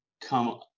come